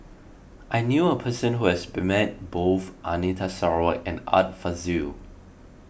I knew a person who has be met both Anita Sarawak and Art Fazil